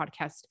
podcast